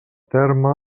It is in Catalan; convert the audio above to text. terme